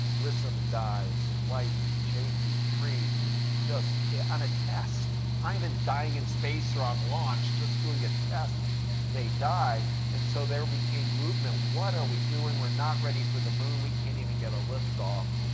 grissom dies, and white and chaffee, three just on a test. not even dying in space or on launch, just doing a test they die. and so there became movement, what are we doing? we're not ready for the moon. we can't even get a lift off.